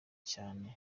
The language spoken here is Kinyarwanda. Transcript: cyane